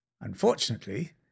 Unfortunately